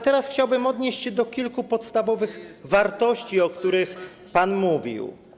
Teraz chciałbym odnieść się do kilku podstawowych wartości, o których pan mówił.